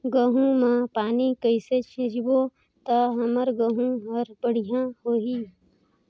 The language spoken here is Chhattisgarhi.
गहूं म पानी कइसे सिंचबो ता हमर गहूं हर बढ़िया होही?